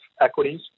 equities